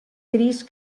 trist